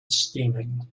steaming